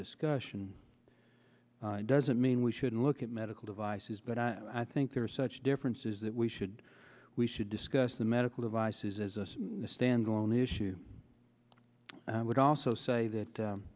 discussion doesn't mean we shouldn't look at medical devices but i think there are such differences that we should we should discuss the medical devices as a standalone issue i would also say that